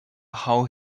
how